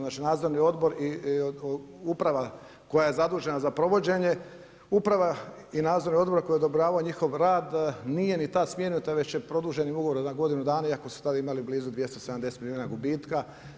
Znači Nadzorni odbor i uprava koja je zadužena za provođenje, uprava i Nadzorni odbor koji je odobravao njihov rad nije ni tad smijenita nego je produženi ugovor na godinu dana iako su tada imali blizu 270 milijuna gubitka.